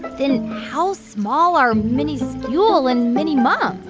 then how small are mini scule and mini mum?